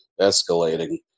escalating